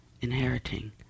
inheriting